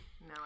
no